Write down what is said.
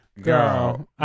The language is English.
Girl